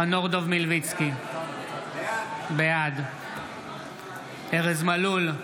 חנוך דב מלביצקי, בעד ארז מלול,